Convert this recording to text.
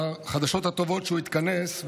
החדשות הטובות הן שהוא התכנס,